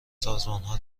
سازمانها